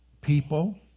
people